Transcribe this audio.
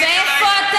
אבל,